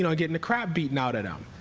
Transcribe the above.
you know getting the crap beaten out of them.